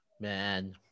Man